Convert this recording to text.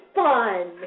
fun